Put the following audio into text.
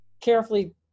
carefully